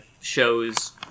shows